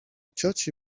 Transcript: cioci